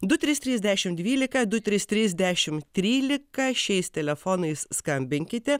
du trys trys dešim dvylika du trys trys dešim trylika šiais telefonais skambinkite